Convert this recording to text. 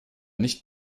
nicht